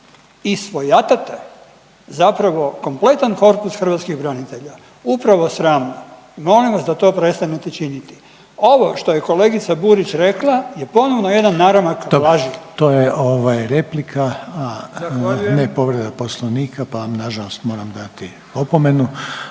i svojatate zapravo kompletan korpus hrvatskih branitelja upravo sramno i molim vas da to prestanete činiti. Ovo što je kolegica Burić rekla je ponovno jedan naramak laži. **Reiner, Željko (HDZ)** To, to je ovaj replika, a ne povreda poslovnika, pa vam nažalost moram dati opomenu.